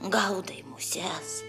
gaudai muses